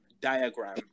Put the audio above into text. diagram